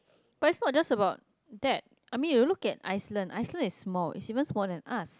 but it's not just about that I mean you look at Iceland Iceland is small it's even small than us